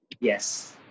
yes